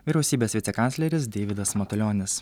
vyriausybės vicekancleris deividas matulionis